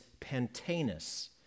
Pantanus